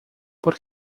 por